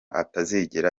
atazigera